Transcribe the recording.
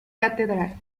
catedral